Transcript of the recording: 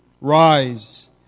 Rise